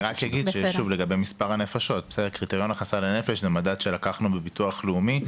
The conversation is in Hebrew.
שוב לגבי מספר הנפשות קריטריון הכנסה לנפש זה מדד שלקחנו מביטוח לאומי.